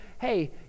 hey